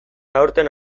aurten